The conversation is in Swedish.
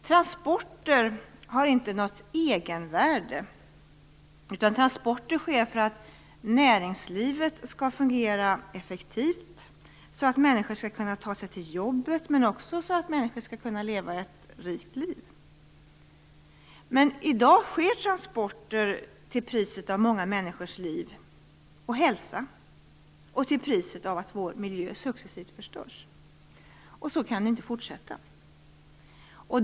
Transporter har inte något egenvärde, utan de sker för att näringslivet skall fungera effektivt, för att människor skall kunna ta sig till jobbet men också för att människor skall kunna leva ett rikt liv. Men i dag sker transporter till priset av många människors liv och hälsa och till priset av att vår miljö successivt förstörs. Så kan det inte fortsätta.